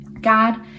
God